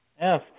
Yes